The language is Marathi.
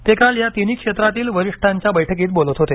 ते काल या तिन्ही क्षेत्रातील वरिष्ठांच्या बैठकीत बोलत होते